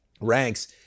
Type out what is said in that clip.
ranks